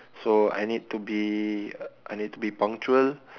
so I need to be I need to be punctual